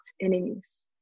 enemies